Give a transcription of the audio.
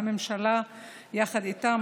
והממשלה יחד איתה,